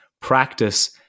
practice